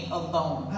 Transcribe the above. alone